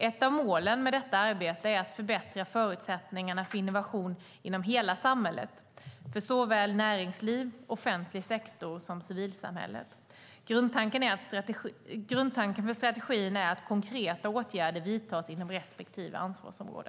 Ett av målen med detta arbete är att förbättra förutsättningarna för innovation inom hela samhället, för såväl näringsliv och offentlig sektor som civilsamhället. Grundtanken för strategin är att konkreta åtgärder vidtas inom respektive ansvarsområde.